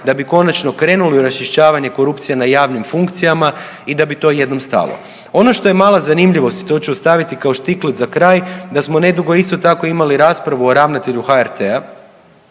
da bi konačno krenuli u raščišćavanje korupcija na javnim funkcijama i da bi to jednom stalo. Ono što je mala zanimljivost i to ću ostaviti kao štiklec za kraj, da smo nedugo isto tako imali raspravu o ravnatelju HRT-a,